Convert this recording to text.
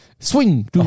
Swing